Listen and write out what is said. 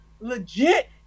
legit